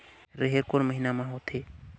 रेहेण कोन महीना म होथे?